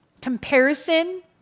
Comparison